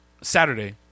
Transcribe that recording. Saturday